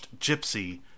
Gypsy